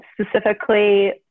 Specifically